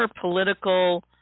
political